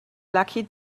lucky